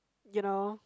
you know